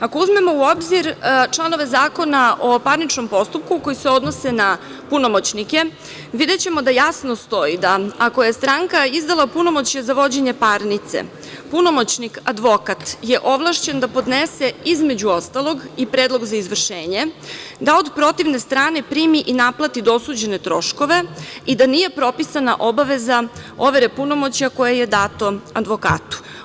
Ako uzmemo u obzir članove Zakona o parničnom postupku koji se odnose na punomoćnike, videćemo da jasno stoji da ako je stranka izdala punomoćje za vođenje parnice, punomoćnik advokat je ovlašćen da podnese između ostalog i predlog za izvršenje, da od protivne strane primi i naplati dosuđene troškove i da nije propisana obaveza overe punomoćja koje je dato advokatu.